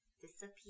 disappeared